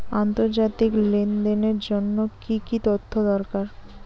আন্তর্জাতিক লেনদেনের জন্য কি কি তথ্য দরকার?